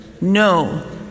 No